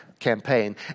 Campaign